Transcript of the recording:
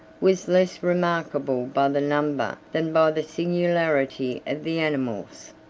was less remarkable by the number than by the singularity of the animals.